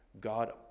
God